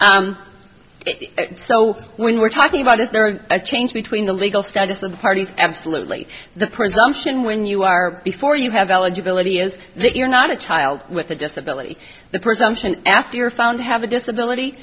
me so when we're talking about is there a change between the legal status of the parties absolutely the presumption when you are before you have eligibility is that you're not a child with a disability the presumption after you're found to have a disability